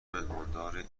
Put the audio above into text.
میهماندار